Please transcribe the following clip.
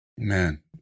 Man